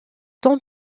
temps